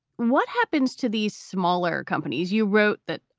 what happens to these smaller companies, you wrote that,